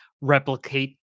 replicate